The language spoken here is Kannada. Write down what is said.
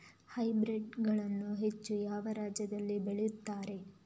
ಹೈಬ್ರಿಡ್ ಗಳನ್ನು ಹೆಚ್ಚು ಯಾವ ರಾಜ್ಯದಲ್ಲಿ ಬೆಳೆಯುತ್ತಾರೆ?